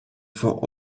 for